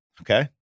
Okay